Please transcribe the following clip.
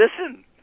listen